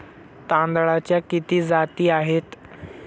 तांदळाच्या किती जाती आहेत?